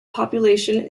population